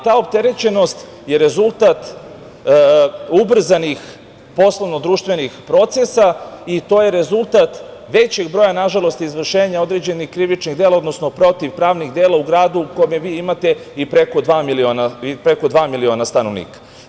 Ta opterećenost je rezultat ubrzanih poslovno društvenih procesa, i to je rezultat većeg broja na žalost izvršenja određenih krivičnih dela, odnosno protiv pravnih dela u gradu u kome vi imate i preko dva miliona stanovnika.